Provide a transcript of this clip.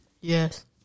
Yes